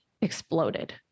exploded